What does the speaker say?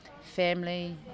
family